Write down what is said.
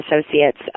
associates